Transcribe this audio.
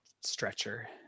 stretcher